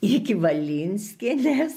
iki valinskienės